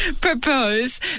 propose